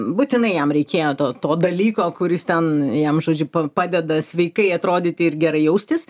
būtinai jam reikėjo to to dalyko kuris ten jam žodžiu padeda sveikai atrodyti ir gerai jaustis